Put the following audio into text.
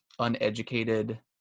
uneducated